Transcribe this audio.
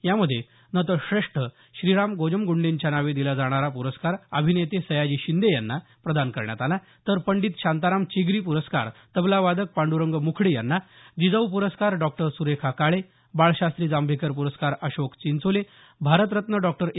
यामध्ये नटश्रेष्ठ श्रीराम गोजमगूंडेंच्या नावे दिला जाणारा पुरस्कार अभिनेते सयाजी शिंदे यांना प्रदान करण्यात आला तर पंडित शांताराम चिगरी पुरस्कार तबला वादक पांडरंग मुखडे यांना जिजाऊ पुरस्कार डॉक्टर सुरेखा काळे बाळशास्त्री जांभेकर प्रस्कार अशोक चिंचोले भारतरत्न डॉक्टर ए